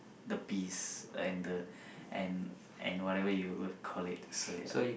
the peace and the and and whatever you would call it so ya